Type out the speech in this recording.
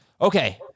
Okay